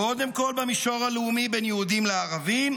קודם כול במישור הלאומי בין יהודים לערבים,